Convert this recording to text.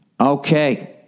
okay